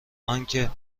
انکه